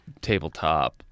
tabletop